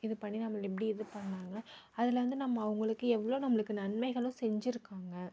இது பண்ணி நம்மள எப்படி இது பண்ணாங்க அதில் வந்து நம்ம அவங்களுக்கு எவ்வளோ நம்மளுக்கு நன்மைகளும் செஞ்சிருக்காங்க